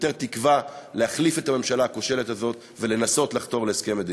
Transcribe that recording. ויותר תקווה להחליף את הממשלה הכושלת הזאת ולנסות לחתור להסכם מדיני.